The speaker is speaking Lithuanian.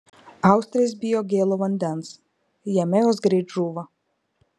austrės bijo gėlo vandens jame jos greit žūva